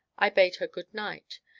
i bade her good night,